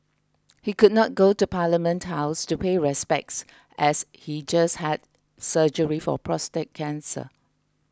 he could not go to Parliament House to pay respects as he just had surgery for prostate cancer